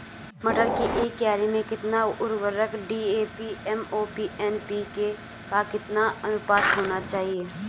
मटर की एक क्यारी में कितना उर्वरक डी.ए.पी एम.ओ.पी एन.पी.के का अनुपात होना चाहिए?